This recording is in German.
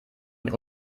ihn